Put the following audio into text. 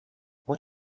what